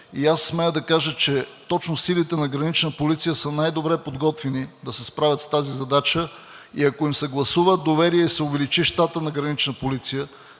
И аз смея да кажа, че точно силите на Гранична полиция са най-добре подготвени да се справят с тази задача. Ако им се гласува доверие и се увеличи щатът на Гранична полиция,